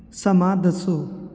ਸਮਾਂ ਦੱਸੋ